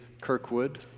Kirkwood